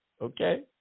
okay